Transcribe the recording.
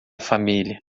família